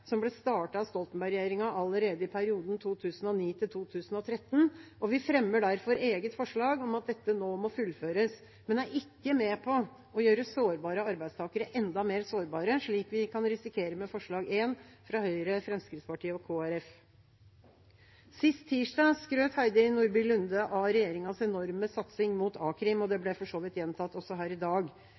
som ble startet av Stoltenberg-regjeringa allerede i perioden 2009 –2013. Vi fremmer derfor eget forslag om at dette nå må fullføres, men er ikke med på å gjøre sårbare arbeidstakere enda mer sårbare, slik vi kan risikere med forslag nr. 1, fra Høyre, Fremskrittspartiet og Kristelig Folkeparti. Sist tirsdag skrøt Heidi Nordby Lunde av regjeringas enorme satsing mot a-krim, og det ble for så vidt gjentatt også her i dag.